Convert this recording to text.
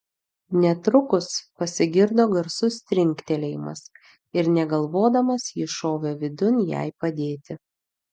netrukus pasigirdo garsus trinktelėjimas ir negalvodamas jis šovė vidun jai padėti